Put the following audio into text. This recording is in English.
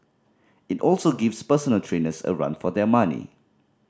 it also gives personal trainers a run for their money